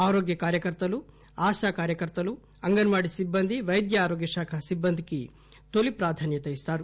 ఆరోగ్య కార్యకర్తలు ఆశా కార్యకర్తలు అంగన్ వాడీ సిబ్బంది పైద్యారోగ్య శాఖ సిబ్బందికి తొలి ప్రాధాన్యత ఇస్తారు